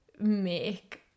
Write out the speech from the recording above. make